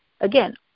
Again